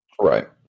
Right